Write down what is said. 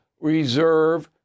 reserve